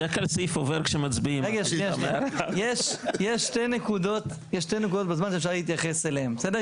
יש שתי נקודות בזמן שאפשר להתייחס אליהן, בסדר?